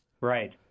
Right